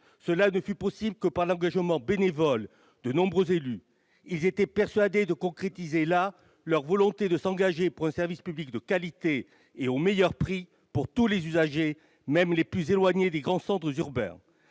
Cela ne fut possible que par l'engagement bénévole de nombreux élus : ils étaient persuadés de concrétiser là leur volonté de s'engager pour un service public de qualité et au meilleur prix pour tous les usagers, jusqu'à ceux qui étaient les plus éloignés des grands centres urbains.